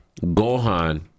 Gohan